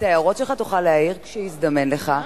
את ההערות שלך תוכל להעיר כשיזדמן לך.